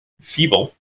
feeble